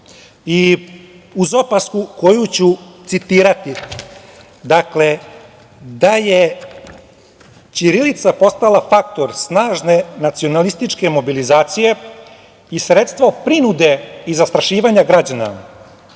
i uz opasku koju ću citirati – dakle, da je ćirilica postala faktor snažne nacionalističke mobilizacije i sredstvo prinude i zastrašivanja građana.